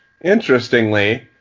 Interestingly